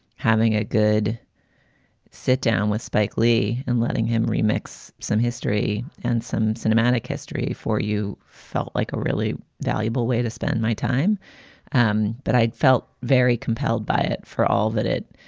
having a good sit down with spike lee and letting him remix some history and some cinematic history for you felt like a really valuable way to spend my time um that i'd felt very compelled by it. for all that it